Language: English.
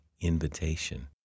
invitation